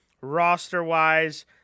Roster-wise